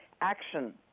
action